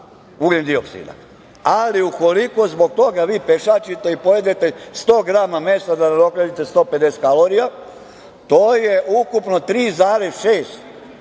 ugljendioksida, ali ukoliko zbog toga vi pešačite i pojedete 100 grama da nadoknadite 150 kalorija to je ukupno 3,6